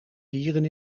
dieren